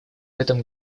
этом